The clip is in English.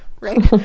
right